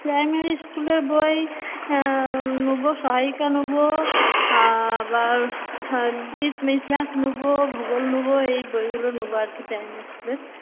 primary স্কুলের বই নেবো সহায়িকা নেবো আবার ইতিহাস নেবো ভূগোল নেবো এই বইগুলো নেবো আর কি প্রাইমারি স্কুলের